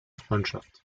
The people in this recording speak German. freundschaft